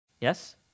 Yes